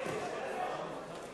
חופשת לידה לגבר),